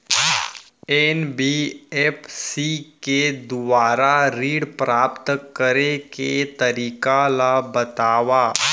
NBFC के दुवारा ऋण प्राप्त करे के तरीका ल बतावव?